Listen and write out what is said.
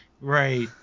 Right